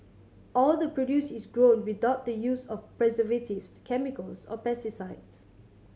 all the produce is grown without the use of preservatives chemicals or pesticides